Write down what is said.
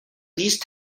these